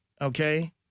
okay